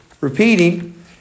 repeating